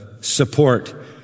support